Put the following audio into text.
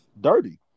dirty